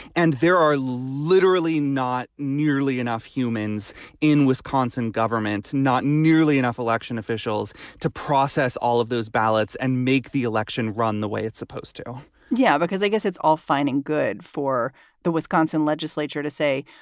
and there are literally not nearly enough humans in wisconsin, governments, not nearly enough election officials to process all of those ballots and make the election run the way it's supposed to yeah. because i guess it's all fine and good for the wisconsin legislature to say,